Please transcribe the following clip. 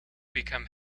become